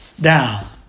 down